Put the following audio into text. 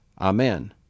Amen